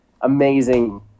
amazing